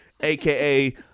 aka